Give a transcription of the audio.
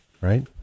right